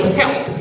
help